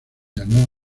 llamó